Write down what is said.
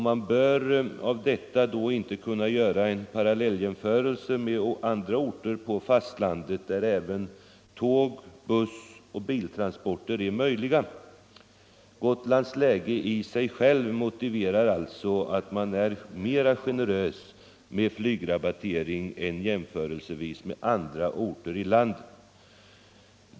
Man bör fördenskull inte göra några parallelljämförelser med andra orter på fastlandet, där även transporter med tåg, buss och bil är möjliga. Gotlands läge i sig självt motiverar alltså att man är mera generös med flygrabattering här än när det gäller andra orter i landet.